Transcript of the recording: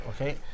okay